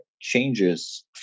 changes